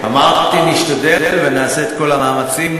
אמרתי, נשתדל ונעשה את כל המאמצים.